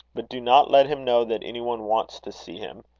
but do not let him know that any one wants to see him.